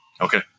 okay